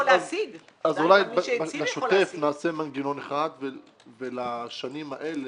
אולי בשוטף נעשה מנגנון אחד ולשנים האלה,